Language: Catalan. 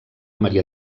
maria